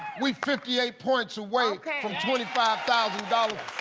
we fifty eight points away from twenty five thousand dollars.